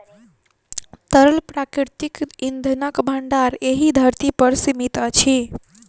तरल प्राकृतिक इंधनक भंडार एहि धरती पर सीमित अछि